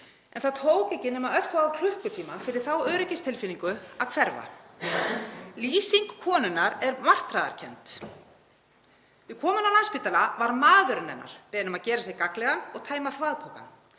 En það tók ekki nema örfáa klukkutíma fyrir þá öryggistilfinningu að hverfa. Lýsing konunnar er martraðarkennd: Við komuna á Landspítalann var maðurinn hennar beðinn um að gera sig gagnlegan og tæma þvagpokann.